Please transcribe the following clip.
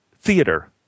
Theater